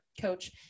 coach